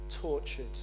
tortured